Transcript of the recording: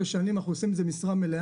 כבר 12 שנים, אנחנו עושים את זה במשרה מלאה.